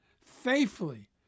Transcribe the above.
faithfully